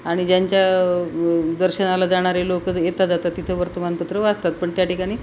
आणि ज्यांच्या दर्शनाला जाणारे लोक येता जातात तिथं वर्तमानपत्र वाचतात पण त्या ठिकाणी